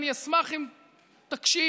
אני אשמח אם תקשיב,